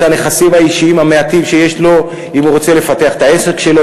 הנכסים האישיים המעטים שיש לו אם הוא רוצה לפתח את העסק שלו,